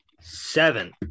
seven